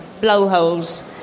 blowholes